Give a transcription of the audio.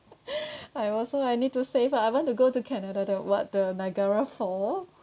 I also I need to save lah I want to go to canada the what the niagara fall